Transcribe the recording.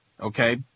okay